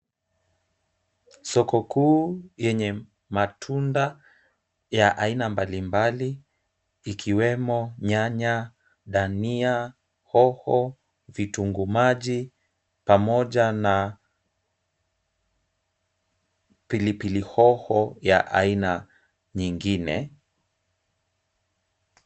Soko kuu yenye matunda ya aina mbalimbali ikiwemo, nyanya, dania, hoho, vitunguu maji pamoja na pilipili hoho ya aina nyingine.